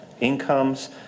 incomes